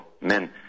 men